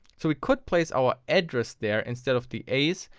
so we could place our address there instead of the as,